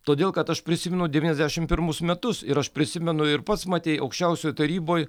todėl kad aš prisimenu devyniasdešimt pirmus metus ir aš prisimenu ir pats matei aukščiausioj taryboj